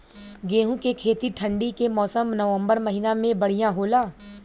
गेहूँ के खेती ठंण्डी के मौसम नवम्बर महीना में बढ़ियां होला?